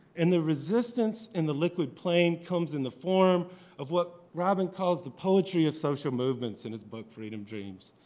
and the resistance in the liquid plain comes in the form of what robin calls the poetry of social movements in his book freedom dreams.